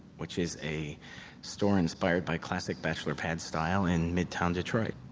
which is a store inspired by classic bachelor pad style in midtown detroit,